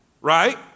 right